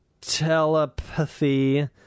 telepathy